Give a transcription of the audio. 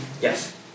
Yes